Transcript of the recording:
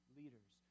leaders